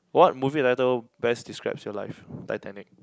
what movie title best describes your life Titanic